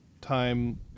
time